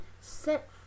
set